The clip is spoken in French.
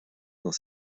dans